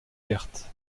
vertes